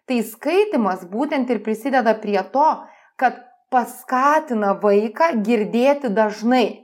tai skaitymas būtent ir prisideda prie to kad paskatina vaiką girdėti dažnai